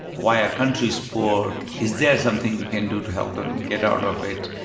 why are countries poor? is there something we can do to help them get out of it?